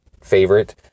favorite